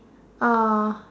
orh